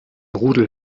rudel